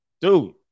Dude